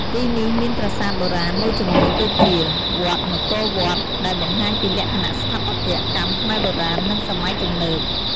ទីនេះមានប្រាសាទបុរាណមួយចំនួនដូចជា វត្តនគរវត្ត ដែលបង្ហាញពីលក្ខណៈស្ថាបត្យកម្មខ្មែរបុរាណ និងសម័យទំនើប។